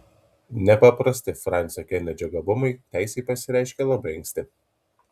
nepaprasti fransio kenedžio gabumai teisei pasireiškė labai anksti